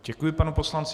Děkuji panu poslanci.